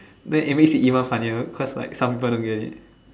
then it makes it even funnier cause like some people don't get it